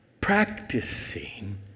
Practicing